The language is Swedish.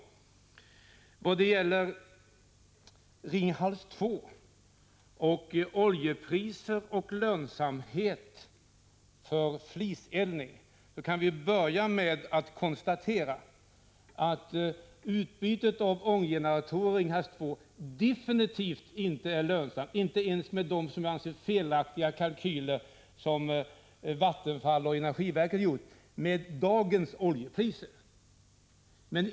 I vad gäller Ringhals 2, oljepriset och lönsamheten för fliseldning kan vi börja med att konstatera att utbytet av ånggeneratorn i Ringhals 2 absolut inte är lönsamt, inte ens enligt de, som jag anser, felaktiga kalkyler som Vattenfall och energiverket gjorde med dagens oljepriser.